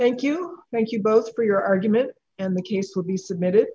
thank you thank you both for your argument and the keys could be submitted